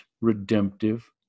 redemptive